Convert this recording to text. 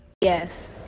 Yes